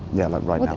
yeah, like right